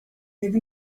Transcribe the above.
live